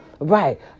Right